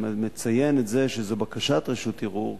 אני מציין שזו בקשת רשות ערעור,